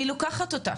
אני לוקחת אותה,